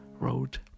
wrote